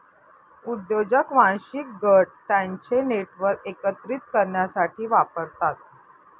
उद्योजक वांशिक गट त्यांचे नेटवर्क एकत्रित करण्यासाठी वापरतात